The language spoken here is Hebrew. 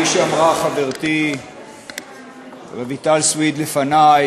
כפי שאמרה חברתי רויטל סויד לפני,